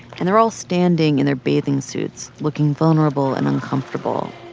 and they're all standing in their bathing suits, looking vulnerable and uncomfortable.